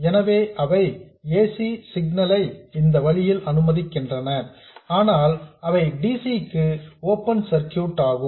எனவே அவை ac signal ஐ இந்த வழியில் அனுமதிக்கின்றன ஆனால் அவை dc க்கு ஓபன் சர்க்யூட் ஆகும்